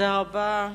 תודה רבה.